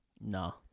No